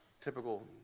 Typical